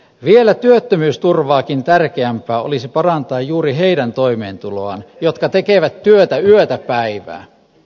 vielä työttömyysturvaakin tärkeämpää olisi parantaa juuri niiden toimeentuloa jotka tekevät työtä yötä päivää